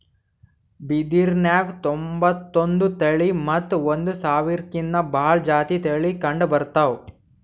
ಬಿದಿರ್ನ್ಯಾಗ್ ತೊಂಬತ್ತೊಂದು ತಳಿ ಮತ್ತ್ ಒಂದ್ ಸಾವಿರ್ಕಿನ್ನಾ ಭಾಳ್ ಜಾತಿ ತಳಿ ಕಂಡಬರ್ತವ್